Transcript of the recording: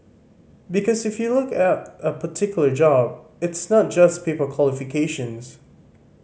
because if you look at a particular job it's not just paper qualifications